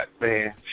man